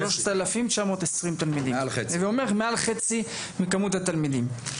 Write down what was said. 3,920 תלמידים הווה אומר מעל חצי מכמות התלמידים.